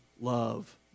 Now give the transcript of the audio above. love